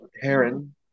Heron